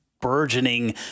burgeoning